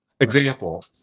Example